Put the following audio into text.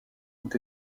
ont